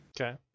Okay